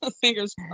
Fingers